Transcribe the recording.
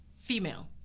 female